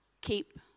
Keep